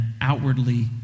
outwardly